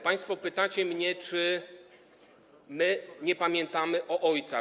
Państwo pytacie mnie, czy my nie pamiętamy o ojcach.